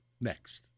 next